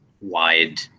wide